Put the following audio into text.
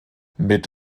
mit